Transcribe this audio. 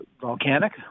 volcanic